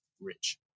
rich